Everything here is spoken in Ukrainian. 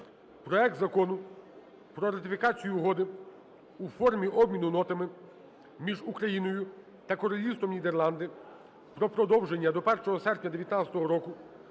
проект Закону про ратифікацію Угоди (у формі обміну нотами) між Україною та Королівством Нідерланди про продовження до 1 серпня 19-го року